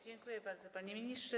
Dziękuję bardzo, panie ministrze.